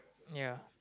ya